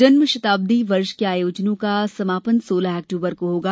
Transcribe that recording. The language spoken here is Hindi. जन्म शताब्दी वर्ष के आयोजनों का समापन सोलह अक्टूबर को होगा